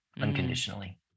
unconditionally